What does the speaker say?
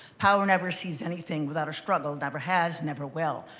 power never cedes anything without a struggle. never has never will.